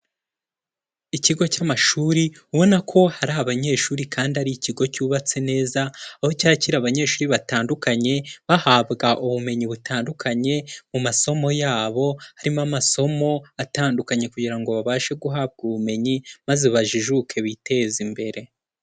Ikigo cy'amashuri ubona ko hari abanyeshuri kandi ari ikigo cyubatse neza, aho cyakira abanyeshuri batandukanye bahabwa ubumenyi butandukanye mu masomo yabo, harimo amasomo atandukanye kugira ngo babashe guhabwa ubumenyi maze bajijuke biteze imbere.